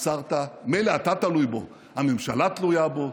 מילא אתה תלוי בו, הממשלה תלויה בו,